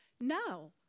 no